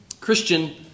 Christian